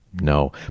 No